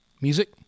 music